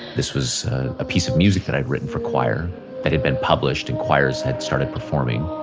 this was a piece of music that i had written for choir that had been published, and choirs had started performing.